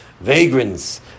Vagrants